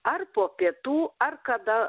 ar po pietų ar kada